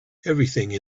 everything